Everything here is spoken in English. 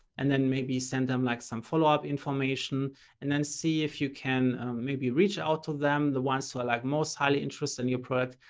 and then maybe send them like some followup information and then see if you can maybe reach out to them, the ones who are like most highly interested in your product.